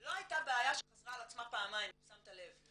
לא הייתה בעיה שחזרה על עצמה פעמיים אם שמת לב.